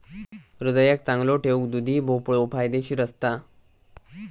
हृदयाक चांगलो ठेऊक दुधी भोपळो फायदेशीर असता